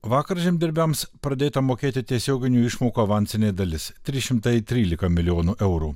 vakar žemdirbiams pradėta mokėti tiesioginių išmokų avansinė dalis trys šimtai trylika milijonų eurų